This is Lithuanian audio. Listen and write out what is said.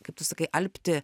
kaip tu sakai alpti